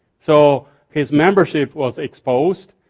so his membership was exposed,